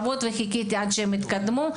חיכיתי עד שיתקדמו,